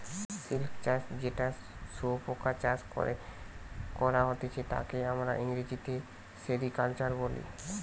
silk চাষ যেটা শুয়োপোকা চাষ করে করা হতিছে তাকে আমরা ইংরেজিতে সেরিকালচার বলি